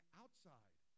outside